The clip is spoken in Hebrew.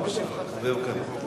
התעבורה.